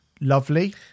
lovely